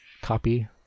Copy